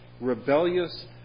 rebellious